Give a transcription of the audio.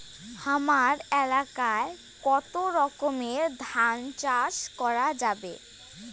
হামার এলাকায় কতো রকমের ধান চাষ করা যাবে?